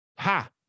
Ha